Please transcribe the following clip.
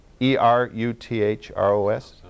E-R-U-T-H-R-O-S